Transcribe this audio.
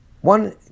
One